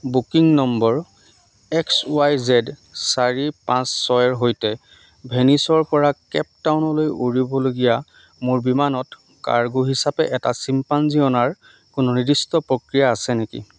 booking number X Y Z চাৰি পাঁচ ছয়ৰ সৈতে ভেনিচৰ পৰা কেপ টাউনলৈ উৰিবলগীয়া মোৰ বিমানত কাৰ্গো হিচাপে এটা চিম্পাঞ্জী অনাৰ কোনো নিৰ্দিষ্ট প্ৰক্ৰিয়া আছে নেকি